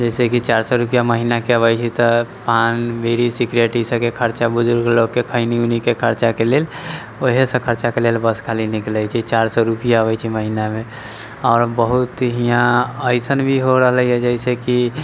जइसे कि चारि सए रुपिआ महिनाके अबैत छै तऽ पान बीड़ी सिगरेट ई सभके खर्चा बुजुर्ग लोककेँ खैनी उनीके खर्चाके लेल ओहे सभ खर्चाके लेल बस खाली निकलैत छै चारि सए रुपिआ होइत छै महिनामे आओर बहुत यहाँ अइसन भी हो रहलै हइ जइसे कि